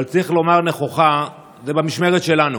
אבל צריך לומר נכוחה: זה במשמרת שלנו,